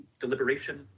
deliberation